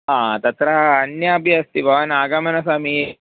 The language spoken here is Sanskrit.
हा तत्र अन्यापि अस्ति भवान् आगमनसमये